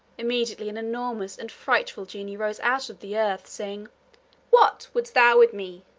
immediately an enormous and frightful genie rose out of the earth, saying what wouldst thou with me?